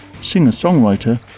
singer-songwriter